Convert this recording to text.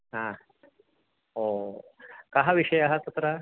आ ओ कः विषयः तत्र